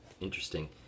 interesting